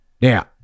Now